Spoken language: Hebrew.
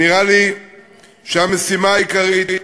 נראה לי שהמשימה העיקרית,